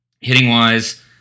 Hitting-wise